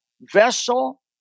vessel